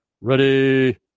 Ready